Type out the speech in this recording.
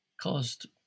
caused